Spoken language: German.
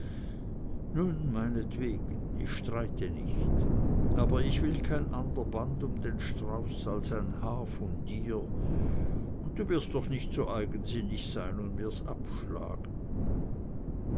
nun meinetwegen ich streite nicht aber ich will kein ander band um den strauß als ein haar von dir und du wirst doch nicht so eigensinnig sein und mir's abschlagen